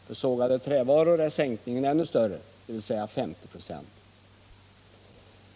För sågade trävaror är sänkningen ännu större, nämligen 50 96.